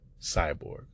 Cyborg